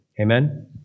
Amen